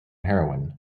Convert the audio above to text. heroin